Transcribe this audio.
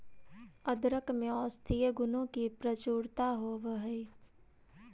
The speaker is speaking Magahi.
अदरक में औषधीय गुणों की प्रचुरता होवअ हई